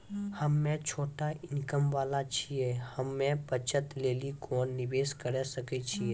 हम्मय छोटा इनकम वाला छियै, हम्मय बचत लेली कोंन निवेश करें सकय छियै?